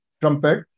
trumpet